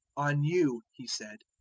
on you, he said,